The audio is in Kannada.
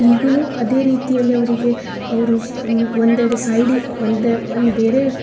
ಈಗುನು ಅದೇ ರೀತಿಯಲ್ಲಿ ಅವರಿಗೆ ಅವರು ಸ್ ಒಂದೆಡೆ ಸೈಡಿ ಒಂದೇ ಒಂದು ಬೇರೆ